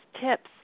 tips